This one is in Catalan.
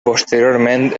posteriorment